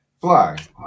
fly